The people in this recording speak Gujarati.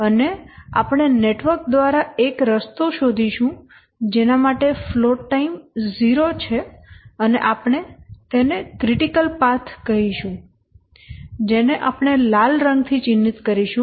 અને આપણે નેટવર્ક દ્વારા એક રસ્તો શોધીશું જેના માટે ફ્લોટ ટાઇમ 0 છે અને આપણે તેને ક્રિટિકલ પાથ કહીશું જેને આપણે લાલ રંગ થી ચિહ્નિત કરીશું